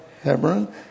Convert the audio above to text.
Hebron